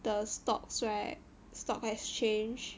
the stock right stock exchange